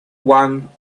one